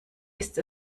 ist